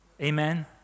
Amen